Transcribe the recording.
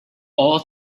all